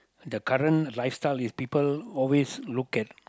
the current lifestyle is people always look at